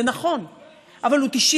זה נכון, אבל הוא 95%?